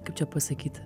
kaip čia pasakyt